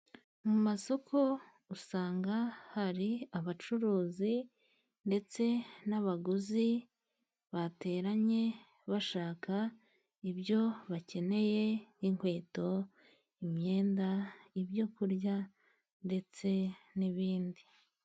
Mu masoko usanga hari abacuruzi, ndetse n'abaguzi bateranye, bashaka ibyo bakeneye, inkweto, imyenda, ibyo kurya, ndetse n'ibindi.